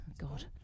God